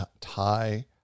tie